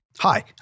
Hi